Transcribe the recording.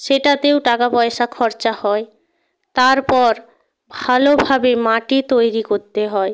সেটাতেও টাকা পয়সা খরচা হয় তারপর ভালোভাবে মাটি তৈরি করতে হয়